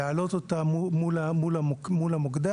להעלות אותה מול המוקדן.